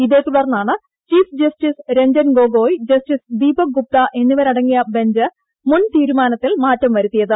ഇതേ തുടർന്നാണ് chief justice Ranjan Gogoi justice Deepak Gupta എന്നിവരടങ്ങിയ ബഞ്ച് മുൻ തീരുമാനത്തിൽ മാറ്റം വരുത്തിയത്